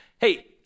Hey